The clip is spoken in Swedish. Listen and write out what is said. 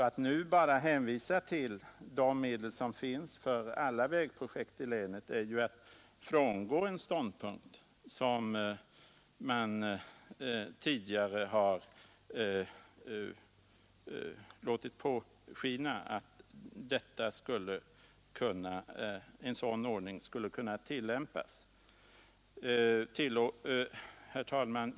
Att nu bara hänvisa till de medel som finns för alla vägprojekt i länet är ju att frångå en tidigare ståndpunkt man har ju låtit förstå att en sådan ordning skulle tillämpas. 100 Herr talman!